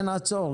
אין עצור",